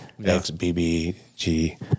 XBBG